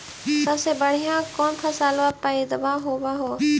सबसे बढ़िया कौन फसलबा पइदबा होब हो?